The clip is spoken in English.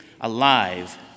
alive